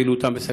שפעילותם בסכנה?